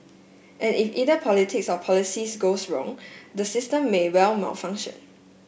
and if either politics or policies goes wrong the system may well malfunction